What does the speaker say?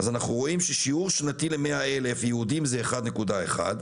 אנחנו רואים ששיעור שנתי ל-100,000: יהודים זה 1.1,